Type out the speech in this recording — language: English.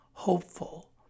hopeful